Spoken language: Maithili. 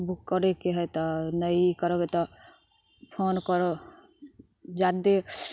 बुक करैके हइ तऽ नहि ई करबै तऽ फोन पर जादे